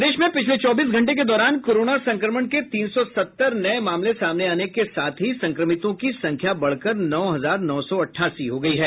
प्रदेश में पिछले चौबीस घंटे के दौरान कोरोना संक्रमण के तीन सौ सत्तर नये मामले सामने आने के साथ ही संक्रमितों की संख्या बढ़कर नौ हजार नौ सौ अट्ठासी हो गई है